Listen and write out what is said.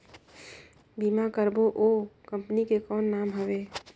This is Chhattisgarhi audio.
बीमा करबो ओ कंपनी के कौन नाम हवे?